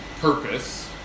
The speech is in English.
purpose